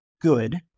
good